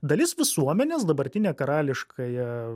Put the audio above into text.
dalis visuomenės dabartinę karališkąją